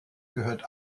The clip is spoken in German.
gehört